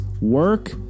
work